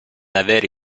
avere